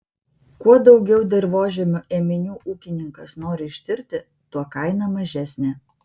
kuo daugiau dirvožemio ėminių ūkininkas nori ištirti tuo kaina mažesnė